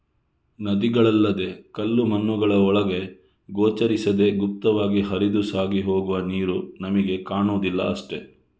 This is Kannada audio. ನದಿಗಳಲ್ಲದೇ ಕಲ್ಲು ಮಣ್ಣುಗಳ ಒಳಗೆ ಗೋಚರಿಸದೇ ಗುಪ್ತವಾಗಿ ಹರಿದು ಸಾಗಿ ಹೋಗುವ ನೀರು ನಮಿಗೆ ಕಾಣುದಿಲ್ಲ ಅಷ್ಟೇ